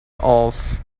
off